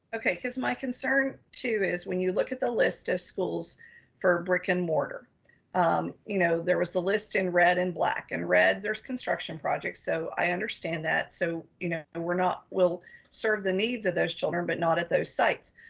okay. cause my concern too is when you look at the list of schools for brick and mortar um you know there was the list in red and black and red there's construction projects. so i understand that. so, you know, and we're not, we'll serve the needs of those children, but not at those sites,